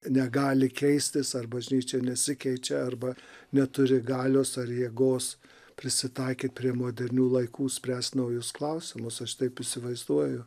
negali keistis ar bažnyčia nesikeičia arba neturi galios ar jėgos prisitaikyt prie modernių laikų spręst naujus klausimus aš taip įsivaizduoju